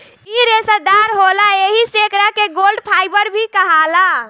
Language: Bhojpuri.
इ रेसादार होला एही से एकरा के गोल्ड फाइबर भी कहाला